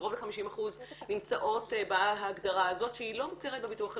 קרוב ל-50% נמצאות בהגדרה הזאת שהיא לא מוכרת בביטוח הלאומי.